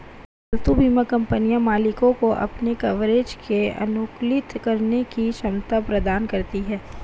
पालतू बीमा कंपनियां मालिकों को अपने कवरेज को अनुकूलित करने की क्षमता प्रदान करती हैं